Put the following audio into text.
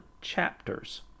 chapters